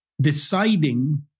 deciding